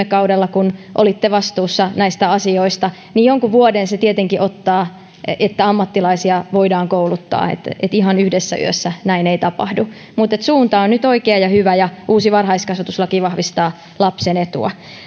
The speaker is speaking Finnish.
kaudella kun olitte vastuussa näistä asioista niin jonkun vuoden se tietenkin ottaa että ammattilaisia voidaan kouluttaa että ihan yhdessä yössä näin ei tapahdu mutta suunta on nyt oikea ja hyvä ja uusi varhaiskasvatuslaki vahvistaa lapsen etua